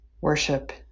worship